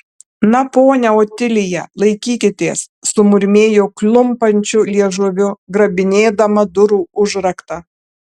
na ponia otilija laikykitės sumurmėjau klumpančiu liežuviu grabinėdama durų užraktą